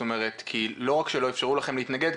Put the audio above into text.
כי לא רק שלא אפשרו לכם להתנגד,